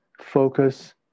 focus